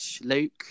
Luke